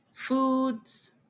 Foods